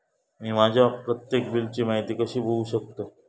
मी माझ्या प्रत्येक बिलची माहिती कशी बघू शकतय?